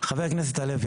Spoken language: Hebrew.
חבר הכנסת הלוי,